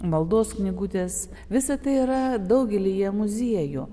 maldos knygutės visa tai yra daugelyje muziejų